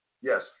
yes